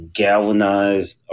galvanized